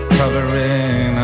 covering